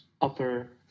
upper